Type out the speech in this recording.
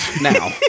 now